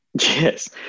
Yes